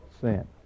sin